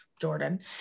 Jordan